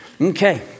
Okay